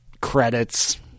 credits